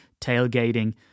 tailgating